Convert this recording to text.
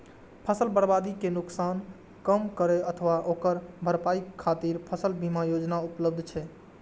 फसल बर्बादी के नुकसान कम करै अथवा ओकर भरपाई खातिर फसल बीमा योजना उपलब्ध छै